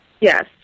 Yes